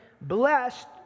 blessed